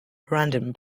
random